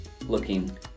looking